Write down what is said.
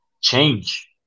change